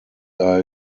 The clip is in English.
are